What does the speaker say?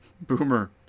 Boomer